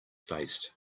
faced